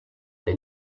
they